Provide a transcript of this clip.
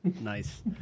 Nice